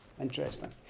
Interesting